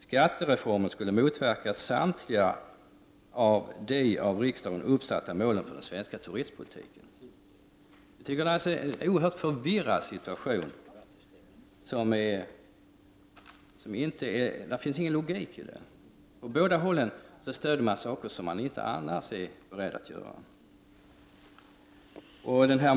Skattereformen skulle motverka samtliga de av riksdagen uppsatta målen för den svenska turistpolitiken. Jag tycker att detta är en oerhört förvirrad situation. Det finns ingen logik i den. Från båda hållen stödjer man saker som man inte annars är beredd att stödja.